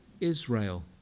Israel